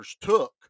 took